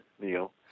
Neil